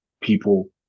people